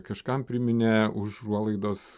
kažkam priminė užuolaidos